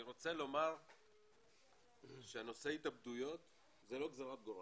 אני רוצה לומר שנושא ההתאבדויות זה לא גזירת גורל.